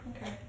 Okay